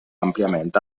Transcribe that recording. àmpliament